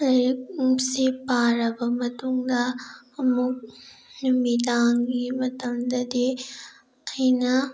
ꯂꯥꯏꯔꯤꯛ ꯁꯤ ꯄꯥꯔꯕ ꯃꯇꯨꯡꯗ ꯑꯃꯨꯛ ꯅꯨꯃꯤꯗꯥꯡꯒꯤ ꯃꯇꯝꯗꯗꯤ ꯑꯩꯅ